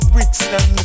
Brixton